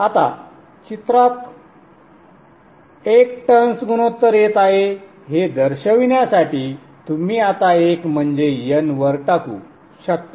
आता चित्रात एक टर्न्स गुणोत्तर येत आहे हे दर्शविण्यासाठी तुम्ही आता एक म्हणजे N वर टाकू शकता